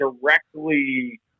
directly